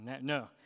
No